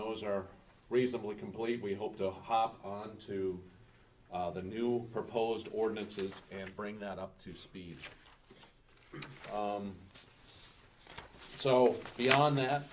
those are reasonably complete we hope to hop on to the new proposed ordinances and bring that up to speed so beyond that